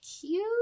Cute